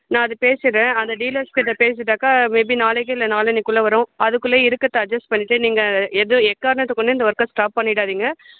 நான் அது பேசிடுறேன் அந்த டீலர்ஸ் கிட்ட பேசிட்டாக்கா மேபி நாளைக்கு இல்லை நாளன்னைக்குள்ளே வரும் அதுக்குள்ள இருக்கிறத அஜெஸ்ட் பண்ணிட்டு நீங்கள் எது எக்காரணத்தை கொண்டும் இந்த ஒர்க்கை ஸ்டாப் பண்ணிடாதீங்கள்